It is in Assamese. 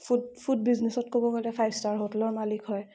ফুড ফুড বিজনেচত ক'ব গ'লে ফাইভ ষ্টাৰ হটেলৰ মালিক হয়